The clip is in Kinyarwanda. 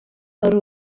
ari